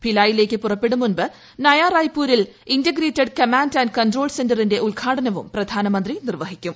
ഭിലായിലേക്ക് പുറപ്പെടുമുൻപ് നയാ റായ്പൂരിൽ integrated command and control സെന്ററിന്റെ ഉദ്ഘാടനവും പ്രധാനമന്ത്രി നിർവ്വഹിക്കും